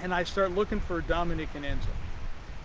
and i start looking for a dominique and enzo